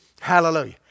Hallelujah